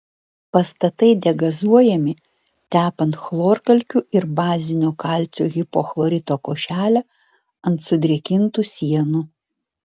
pastatai degazuojami tepant chlorkalkių ar bazinio kalcio hipochlorito košelę ant sudrėkintų sienų